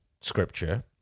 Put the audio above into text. Scripture